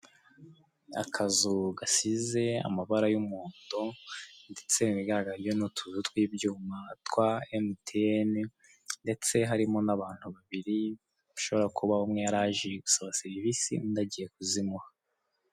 Ahantu ku muhanda hashinze imitaka ibiri umwe w'umuhondo n'undi w'umutuku gusa uw'umuhonda uragaragaramo ibirango bya emutiyeni ndetse n'umuntu wicaye munsi yawo wambaye ijiri ya emutiyeni ndetse n'ishati ari guhereza umuntu serivise usa n'uwamugannye uri kumwaka serivise arimo aramuha telefone ngendanwa. Hakurya yaho haragaragara abandi bantu barimo baraganira mbese bari munsi y'umutaka w'umutuku.